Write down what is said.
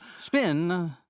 spin